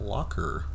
Locker